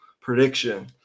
prediction